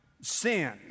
sin